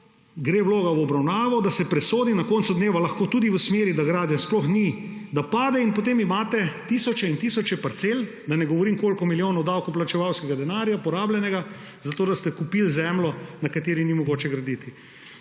gre vloga v obravnavo, da se na koncu dneva lahko presodi tudi v smeri, da gradenj sploh ni, da pade, in potem imate tisoče in tisoče parcel. Da ne govorim, koliko milijonov porabljenega davkoplačevalskega denarja, zato da ste kupili zemljo, na kateri ni mogoče graditi.